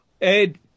Ed